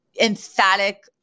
emphatic